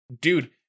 dude